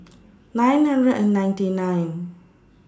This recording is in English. nine hundred and ninety nine